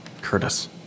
Curtis